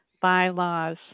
bylaws